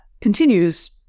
continues